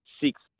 Six